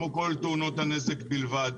כמו כל תאונות הנזק בלבד,